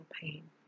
pain